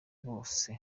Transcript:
bose